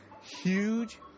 huge